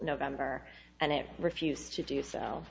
november and it refused to do so